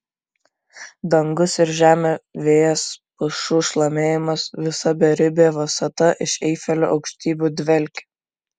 dangus ir žemė vėjas pušų šlamėjimas visa beribė visata iš eifelio aukštybių dvelkė